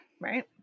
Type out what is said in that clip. Right